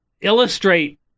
illustrate